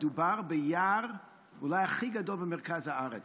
מדובר ביער אולי הכי גדול במרכז הארץ.